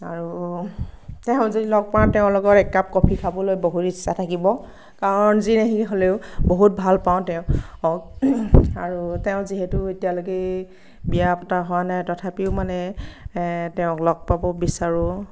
আৰু তেওঁ যদি লগ পাওঁ তেওঁৰ লগত একাপ কফি খাবলৈ বহুত ইচ্ছা থাকিব কাৰণ যি হ'লেও বহুত ভাল পাওঁ তেওঁক আৰু তেওঁ যিহেতু এতিয়ালৈকে বিয়া পতা হোৱা নাই তথাপিও মানে তেওঁক লগ পাব বিচাৰোঁ